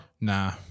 Nah